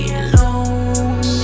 alone